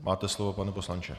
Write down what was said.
Máte slovo, pane poslanče.